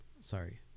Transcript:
sorry